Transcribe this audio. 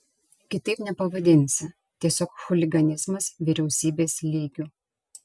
kitaip nepavadinsi tiesiog chuliganizmas vyriausybės lygiu